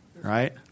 right